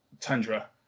tundra